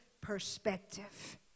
perspective